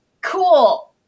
cool